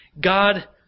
God